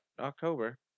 october